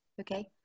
okay